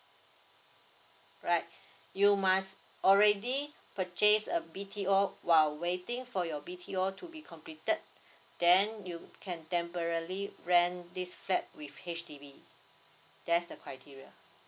right you must already purchase a B_T_O while waiting for your B_T_O to be completed then you can temporarily rent this flat with H_D_B that's the criteria